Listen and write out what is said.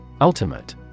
Ultimate